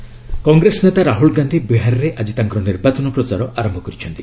Bihar rallies Congress ନେତା ରାହୁଲ୍ ଗାନ୍ଧି ବିହାରରେ ଆଜି ତାଙ୍କର ନିର୍ବାଚନ ପ୍ରଚାର ଆରମ୍ଭ କରିଛନ୍ତି